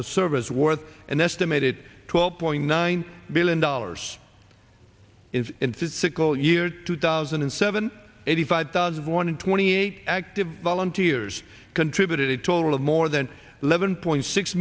of service worth an estimated twelve point nine billion dollars in physical year two thousand and seven eighty five thousand one in twenty eight active volunteers contributed a total of more than eleven point six